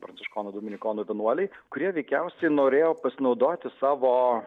pranciškonų dominikonų vienuoliai kurie veikiausiai norėjo pasinaudoti savo